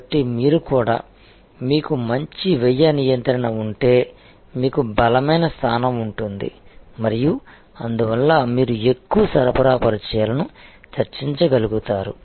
కాబట్టి మీరు కూడా మీకు మంచి వ్యయ నియంత్రణ ఉంటే మీకు బలమైన స్థానం ఉంటుంది మరియు అందువల్ల మీరు ఎక్కువ సరఫరా పరిచయాలను చర్చించగలుగుతారు